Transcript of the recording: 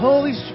Holy